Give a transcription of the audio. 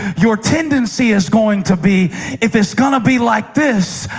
your tendency is going to be if it's going to be like this,